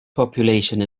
population